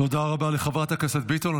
תודה רבה לחברת הכנסת ביטון.